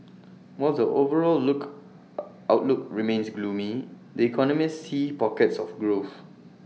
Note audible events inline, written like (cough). while the overall look (noise) outlook remains gloomy economists see pockets of growth